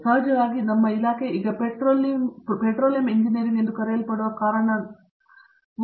ಮತ್ತು ಸಹಜವಾಗಿ ನಮ್ಮ ಇಲಾಖೆ ಈಗ ಪೆಟ್ರೋಲಿಯಂ ಎಂಜಿನಿಯರಿಂಗ್ ಎಂದು ಕರೆಯಲ್ಪಡುವ ಕಾರಣದಿಂದ ನಾನು ಕಳೆದುಹೋಗುವೆ